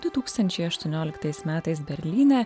du tūkstančiai aštuonioliktais metais berlyne